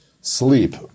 sleep